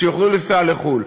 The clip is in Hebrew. שיוכלו לנסוע לחו"ל.